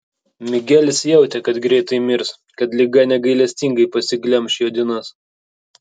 migelis jautė kad greitai mirs kad liga negailestingai pasiglemš jo dienas